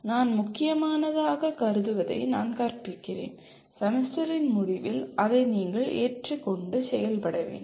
நான் முக்கியமானதாகக் கருதுவதை நான் கற்பிக்கிறேன் செமஸ்டரின் முடிவில் அதை நீங்கள் ஏற்றுக் கொண்டு செயல்பட வேண்டும்